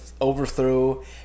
overthrow